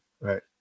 Right